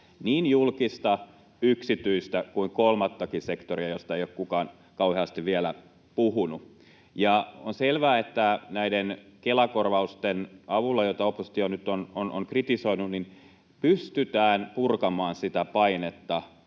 niin julkista, yksityistä kuin kolmattakin sektoria — josta ei ole kukaan vielä kauheasti puhunut. On selvää, että näiden Kela-korvausten avulla, joita oppositio nyt on kritisoinut, pystytään purkamaan sitä painetta